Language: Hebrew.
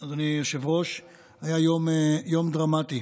אדוני היושב-ראש, היה יום דרמטי,